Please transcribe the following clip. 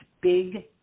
big